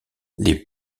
les